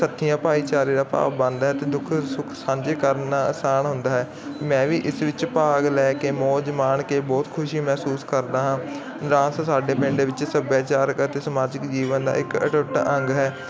ਸੱਥੀਆ ਭਾਈਚਾਰੇ ਦਾ ਭਾਵ ਬੰਦ ਹੈ ਅਤੇ ਦੁੱਖ ਸੁਖ ਸਾਂਝੇ ਕਰਨ ਆਸਾਨ ਹੁੰਦਾ ਹੈ ਮੈਂ ਵੀ ਇਸ ਵਿੱਚ ਭਾਗ ਲੈ ਕੇ ਮੌਜ ਮਾਣ ਕੇ ਬਹੁਤ ਖੁਸ਼ੀ ਮਹਿਸੂਸ ਕਰਦਾ ਹਾਂ ਡਾਂਸ ਸਾਡੇ ਪਿੰਡ ਵਿੱਚ ਸੱਭਿਆਚਾਰ ਅਤੇ ਸਮਾਜਿਕ ਜੀਵਨ ਦਾ ਇੱਕ ਅਟੁੱਟ ਅੰਗ ਹੈ